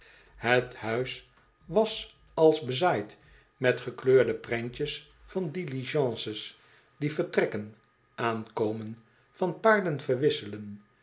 het huis een oud posthcis was als bezaaid met gekleurde prentjes van diligences die vertrekken aankomen van paarden verwisselen